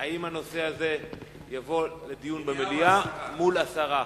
אם הנושא הזה יבוא לדיון במליאה מול הסרה.